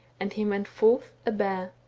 and he went forth a bear.